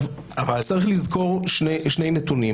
צריך לזכור שני נתונים.